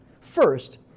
First